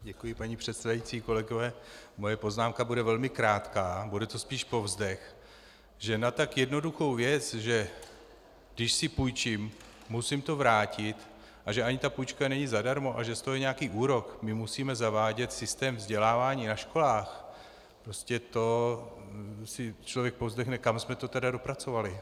Děkuji, paní předsedající, kolegové, moje poznámka bude velmi krátká, bude to spíš povzdech, že na tak jednoduchou věc, že když si půjčím, musím to vrátit, a že ani ta půjčka není zadarmo a že z toho je nějaký úrok, my musíme zavádět systém vzdělávání na školách, prostě to si člověk povzdechne, kam jsme to tedy dopracovali.